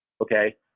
okay